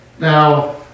Now